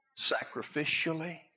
sacrificially